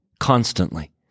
constantly